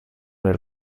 del